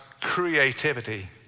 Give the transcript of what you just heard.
creativity